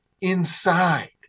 inside